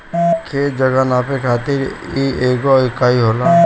खेत, जगह नापे खातिर इ एगो इकाई होला